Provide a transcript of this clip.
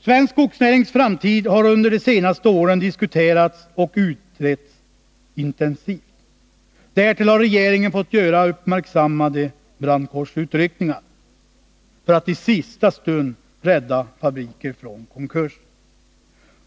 Svensk skogsnärings framtid har under de senaste åren diskuterats och utretts intensivt. Därtill har regeringen fått göra uppmärksammade brandkårsutryckningar för att i sista stund rädda fabriker från konkurs.